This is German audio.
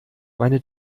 meine